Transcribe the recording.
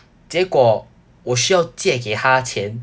结果我需要借给他钱